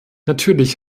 natürlich